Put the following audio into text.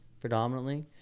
predominantly